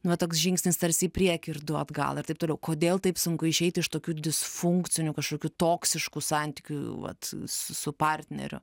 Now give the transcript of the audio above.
nu va toks žingsnis tarsi į priekį ir du atgal ir taip toliau kodėl taip sunku išeiti iš tokių disfunkcinių kažkokių toksiškų santykių vat su partneriu